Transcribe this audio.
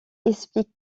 explique